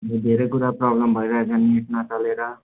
अन्त धेरै कुरा प्रब्लम भइरहेको छ नेट नचलेर